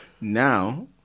Now